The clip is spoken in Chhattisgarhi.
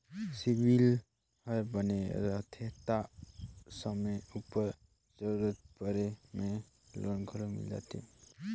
सिविल हर बने रहथे ता समे उपर जरूरत परे में लोन घलो मिल जाथे